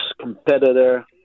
competitor